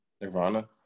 Nirvana